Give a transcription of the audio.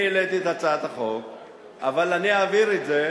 אני העליתי את הצעת החוק אבל אני אעביר את זה.